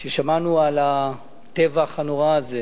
כששמענו על הטבח הנורא הזה,